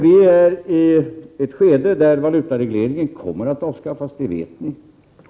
Vi är i ett skede där valutaregleringen kommer att avskaffas, och det vet ni.